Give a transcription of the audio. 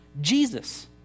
Jesus